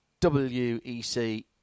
WEC